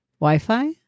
Wi-Fi